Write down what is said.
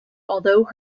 although